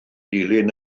dilyn